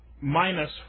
minus